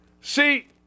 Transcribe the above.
See